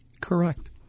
Correct